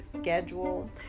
schedule